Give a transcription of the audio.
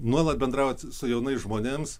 nuolat bendraujat su jaunais žmonėms